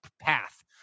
path